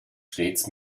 stets